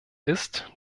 ist